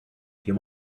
few